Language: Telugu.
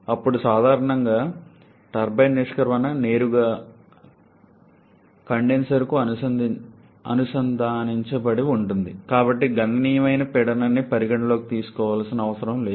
అప్పుడు సాధారణంగా టర్బైన్ నిష్క్రమణ నేరుగా కండెన్సర్కు అనుసంధానించబడి ఉంటుంది కాబట్టి గణనీయమైన పీడనం ని పరిగణనలోకి తీసుకోవలసిన అవసరం లేదు